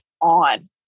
on